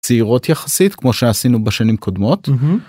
צעירות יחסית כמו שעשינו בשנים קודמות.